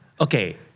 Okay